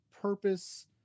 purpose